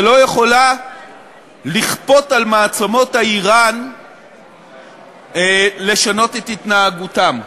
ולא יכולה לכפות על מעצמות העולם לשנות את התנהגותן.